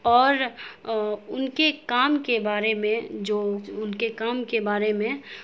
اور ان کے کام کے بارے میں جو ان کے کام کے بارے میں